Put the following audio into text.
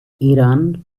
iran